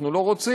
אנחנו לא רוצים,